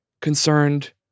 concerned